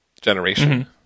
generation